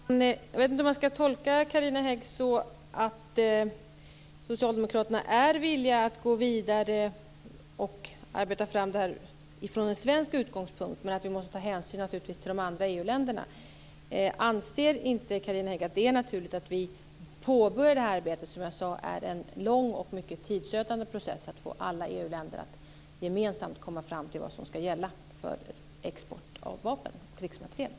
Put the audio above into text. Fru talman! Jag vet inte om jag ska tolka Carina Hägg på ett sådant sätt att socialdemokraterna är villiga att gå vidare och arbeta fram detta från en svensk utgångspunkt men att vi naturligtvis måste ta hänsyn till de andra EU-länderna. Anser inte Carina Hägg att det är naturligt att vi påbörjar det arbete som är en lång och mycket tidsödande process, att få alla EU-länder att gemensamt komma fram till vad som ska gälla för export av vapen och krigsmateriel?